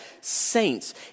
saints